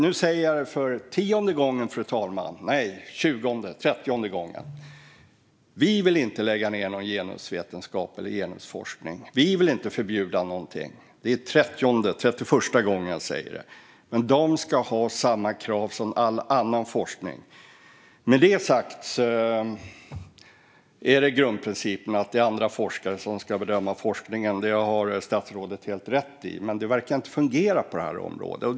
Nu säger jag det för tionde gången, fru talman - nej, tjugonde eller trettionde gången: Vi vill inte lägga ned någon genusvetenskap eller genusforskning. Vi vill inte förbjuda någonting. Det är trettioförsta gången jag säger det. Men de ska ha samma krav som all annan forskning. Med det sagt är grundprincipen att det är andra forskare som ska bedöma forskningen. Det har statsrådet helt rätt i. Men det verkar inte fungera på det här området.